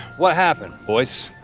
what happened, boys?